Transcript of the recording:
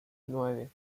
nueve